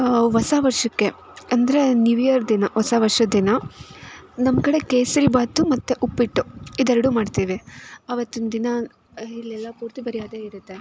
ಹಾಂ ಹೊಸ ವರ್ಷಕ್ಕೆ ಅಂದರೆ ನ್ಯೂ ಇಯರ್ ದಿನ ಹೊಸ ವರ್ಷದ್ದಿನ ನಮ್ಮ ಕಡೆ ಕೇಸರಿ ಭಾತು ಮತ್ತು ಉಪ್ಪಿಟ್ಟು ಇದು ಎರಡು ಮಾಡ್ತೀವಿ ಅವತ್ತಿನ ದಿನ ಇಲ್ಲೆಲ್ಲ ಪೂರ್ತಿ ಬರೀ ಅದೇ ಇರುತ್ತೆ